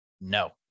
No